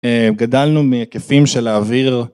גדלנו מהיקפים של להעביר